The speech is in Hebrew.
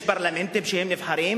יש פרלמנטים שנבחרים,